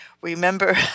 Remember